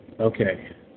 Okay